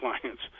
clients